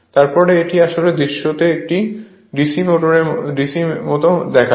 তারপর এটি আসলে দৃশ্যতে একটি DC মত দেখায়